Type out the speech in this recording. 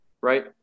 right